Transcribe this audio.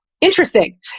interesting